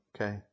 Okay